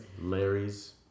Larry's